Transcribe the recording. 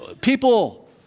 People